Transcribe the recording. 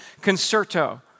concerto